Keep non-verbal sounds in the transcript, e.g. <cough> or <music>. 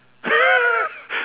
<laughs>